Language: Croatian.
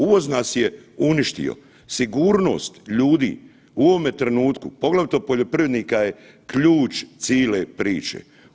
Uvoz nas je uništio, sigurnost ljudi, u ovome trenutku, poglavito poljoprivrednika je ključ cijele priče.